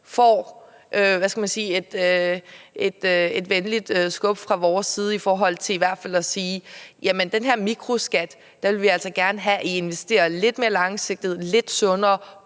fik et venligt skub fra vores side og vi sagde, at i forhold til den her mikroskat vil vi altså gerne have, at I investerer lidt mere langsigtet, lidt sundere,